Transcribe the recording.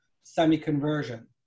semi-conversion